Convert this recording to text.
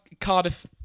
Cardiff